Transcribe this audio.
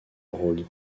road